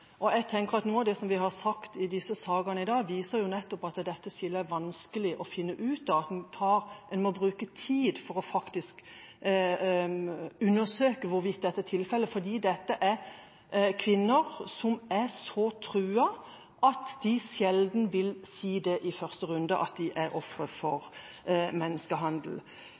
menneskehandel. Jeg tenker at noe av det som vi har sagt i disse sakene i dag, nettopp viser at dette skillet er vanskelig å finne ut av. En må bruke tid for faktisk å undersøke hvorvidt dette er tilfellet, for dette er kvinner som er så truet at de sjelden vil si i første runde at de er ofre for